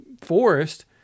forest